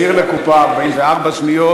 החזיר לקופה 44 שניות.